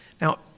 Now